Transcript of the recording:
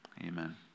amen